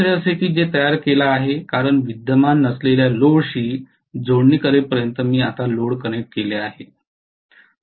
दुसर असे की जे तयार केला आहे कारण विद्यमान नसलेल्या लोडशी जोडणी करेपर्यंत मी आता लोड कनेक्ट केले आहे